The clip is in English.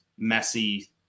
messy